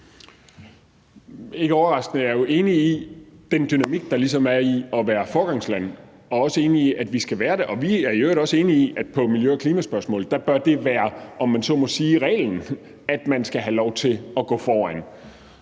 Ikke overraskende er jeg jo enig i den dynamik, der ligesom er i at være foregangsland, og jeg er også enig i, at vi skal være det. Vi er i øvrigt også enige i, at det på miljø- og klimaspørgsmål bør være, om man så må sige, reglen, at man skal have lov til at gå foran.